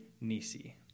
Nisi